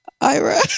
Ira